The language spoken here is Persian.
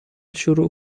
شروع